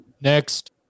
next